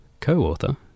Co-author